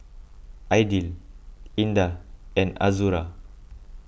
Aidil Indah and Azura